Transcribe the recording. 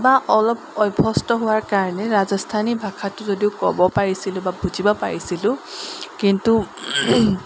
বা অলপ অভ্যস্ত হোৱাৰ কাৰণে ৰাজস্থানী ভাষাটো যদিও ক'ব পাৰিছিলোঁ বা বুজিব পাৰিছিলোঁ কিন্তু